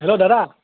hello দাদা